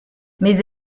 mais